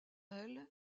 elles